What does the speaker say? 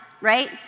right